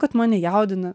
kad mane jaudina